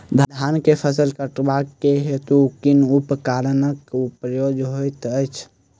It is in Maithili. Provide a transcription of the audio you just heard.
धान केँ फसल कटवा केँ हेतु कुन उपकरणक प्रयोग होइत अछि?